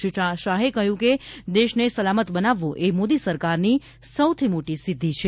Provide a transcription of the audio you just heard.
શ્રી શાહે કહ્યું કે દેશને સલામત બનાવવો એ મોદી સરકારની સોથી મોટી સિદ્ધિ છે